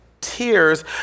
tears